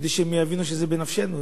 כדי שהם יבינו שזה בנפשנו.